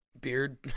beard